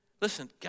Listen